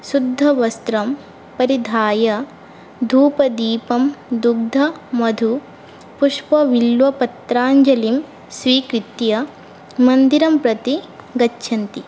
शुद्धवस्त्रं परिधाय धूपदीपं दुग्धमधु पुष्पबिल्वपत्राञ्जलिं स्वीकृत्य मन्दिरं प्रति गच्छन्ति